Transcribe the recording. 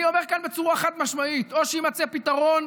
אני אומר כאן בצורה חד-משמעית: או שיימצא פתרון,